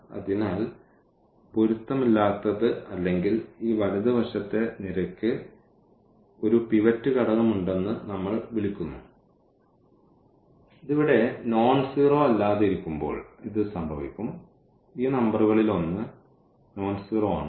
അതിനാൽ പൊരുത്തമില്ലാത്തത് അല്ലെങ്കിൽ ഈ വലതുവശത്തെ നിരയ്ക്ക് ഒരു പിവറ്റ് ഘടകമുണ്ടെന്ന് നമ്മൾ വിളിക്കുന്നു ഇത് ഇവിടെ നോൺസീറോ അല്ലാതെ ഇരിക്കുമ്പോൾ ഇത് സംഭവിക്കും ഈ നമ്പറുകളിലൊന്ന് നോൺസീറോ ആണ്